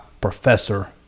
Professor